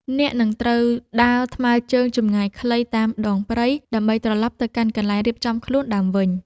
អ្នកនឹងត្រូវដើរថ្មើរជើងចម្ងាយខ្លីតាមដងព្រៃ ដើម្បីត្រឡប់ទៅកាន់កន្លែងរៀបចំខ្លួនដើមវិញ។